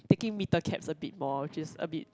taking meter cabs a bit more which is a bit